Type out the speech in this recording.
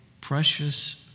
precious